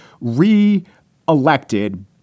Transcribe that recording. re-elected